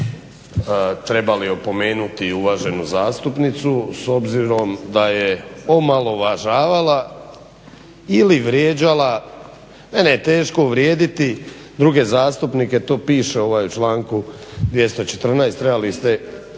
trebali opomenuti uvaženu zastupnicu s obzirom da je omalovažavala ili vrijeđala, mene je teško uvrijediti, druge zastupnike. To piše u članku 214. Trebali ste, gledajte